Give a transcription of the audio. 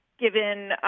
given